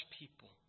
people